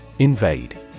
Invade